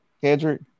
Kendrick